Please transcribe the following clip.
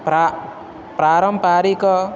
प्रा पारम्पारिक